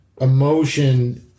emotion